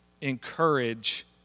encourage